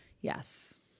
Yes